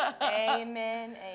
amen